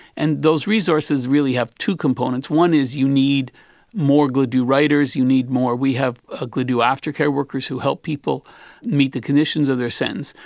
and those resources really have two components. one is you need more gladue writers. you need more, we have ah gladue aftercare workers who help people meet the conditions of their sentence.